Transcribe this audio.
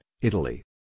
Italy